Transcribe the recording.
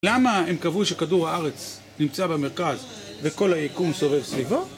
למה הם קבעו שכדור הארץ נמצא במרכז וכל היקום סובב סביבו?